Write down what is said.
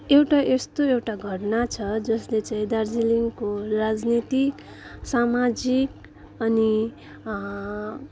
एउटा यस्तो एउटा घटना छ जसले चाहिँ दार्जिलिङको राजनीतिक सामाजिक अनि